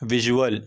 visual